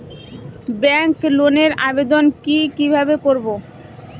Bank লোনের আবেদন কি কিভাবে করব?